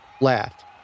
laughed